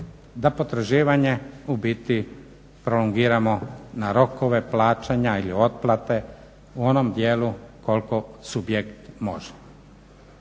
da potraživanje u biti prolongiramo na rokove plaćanja ili otplate u onom dijelu koliko subjekt može.